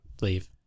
Leave